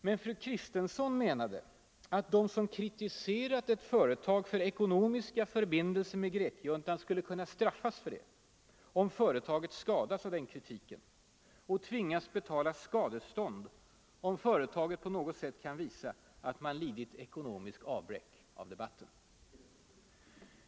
Men fru Kristensson menar då att de som kritiserat ett företag för ekonomiska förbindelser med grekjuntan skulle kunna straffas för detta, om företaget skadats av den kritiken, och tvingas betala skadestånd om företaget på något sätt kan visa att man lidit ekonomiskt avbräck av debatten.